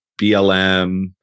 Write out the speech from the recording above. BLM